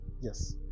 yes